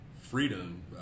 freedom